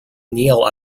neal